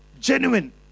genuine